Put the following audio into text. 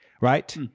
Right